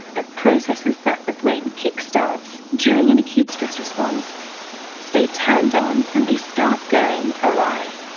the processes that the brain kick starts during an acute stress response stay turned on and they start going awry.